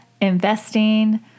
investing